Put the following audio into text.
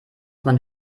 man